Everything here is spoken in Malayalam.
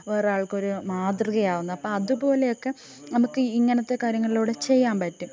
വേറാൾക്കൊരു മാതൃകയാകുന്ന അപ്പം അതു പോലെ ഒക്കെ നമുക്ക് ഇങ്ങനത്തെ കാര്യങ്ങളിലൂടെ ചെയ്യാൻ പറ്റും